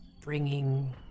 bringing